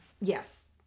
yes